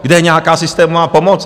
Kde je nějaká systémová pomoc?